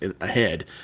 ahead